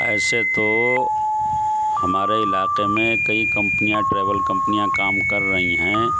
ایسے تو ہمارے علاقے میں کئی کمپنیاں ٹریول کمپنیاں کام کر رہی ہیں